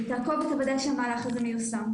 ותוודא שהמהלך הזה מיושם.